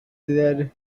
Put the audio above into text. their